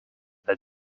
that